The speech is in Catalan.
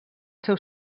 seu